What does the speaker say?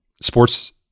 sports